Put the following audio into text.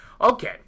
Okay